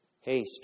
Hey